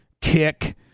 Kick